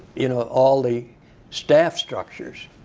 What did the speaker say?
you know all the staff structures,